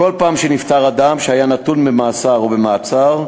בכל פעם שנפטר אדם שהיה נתון במאסר או במעצר,